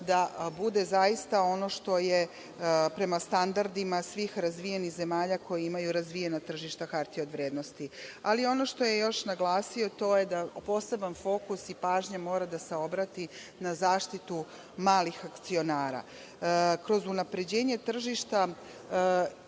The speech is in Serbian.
da bude zaista ono što je prema standardima svih razvijenih zemalja koje imaju razvijena tržišta hartija od vrednosti. Ali, ono što je još naglasio, to je da poseban fokus i pažnja mora da se obrati na zaštitu malih akcionara. Kroz unapređenje tržišta,